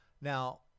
Now